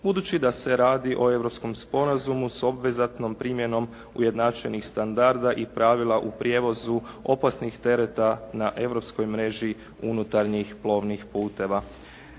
budući da se radi o europskom sporazumu s obvezatnom primjenom ujednačenih standarda i pravila u prijevozu opasnih tereta na europskoj mreži unutarnjih plovnih putova.